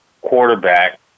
quarterback